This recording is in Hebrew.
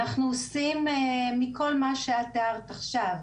אנחנו עושים מכל מה שתיארת עכשיו.